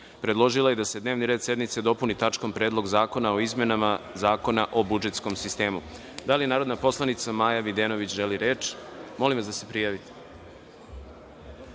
predložila je da se dnevni red sednice dopuni tačkom Predlog zakona o izmenama Zakona o budžetskom sistemu. Da li narodna poslanica Maja Videnović želi reč? Izvolite.